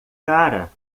cara